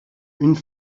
une